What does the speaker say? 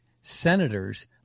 senators